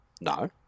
No